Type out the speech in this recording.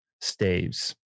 staves